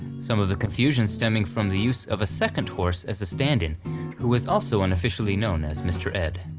some of the confusion stemming from the use of a second horse as a stand-in who was also unofficially known as mister ed.